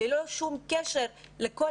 ללא שום קשר למפלגות,